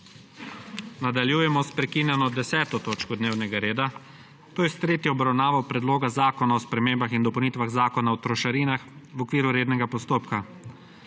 Nadaljujemo s prekinjeno 10. točko dnevnega reda, to je s tretjo obravnavo Predloga zakona o spremembah in dopolnitvah zakona o trošarinah v okviru rednega postopka.